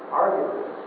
arguments